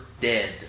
dead